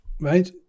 right